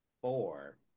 Four